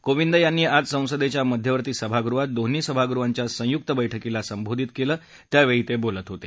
कोविंद यांनी आज संसदेच्या मध्यवर्ती सभागृहात दोन्ही सभागृहांच्या संयुक्त बैठकीला संबोधित केलं त्यावेळी ते बोलत होते